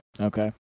Okay